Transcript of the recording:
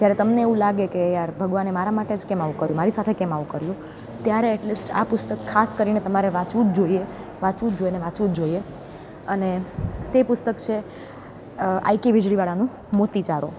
જ્યારે તમને એવું લાગે કે યાર ભગવાને મારા માટે જ કેમ આવું કર્યું મારી સાથે કેમ આવું કર્યું ત્યારે એટલીસ્ટ આ પુસ્તક ખાસ કરીને તમારે વાંચવું જ જોઈએ વાંચવું જ જોઈએ અને વાંચવું જોઈએ અને તે પુસ્તક છે આઈ કે વીજળીવાળાનું મોતીચારો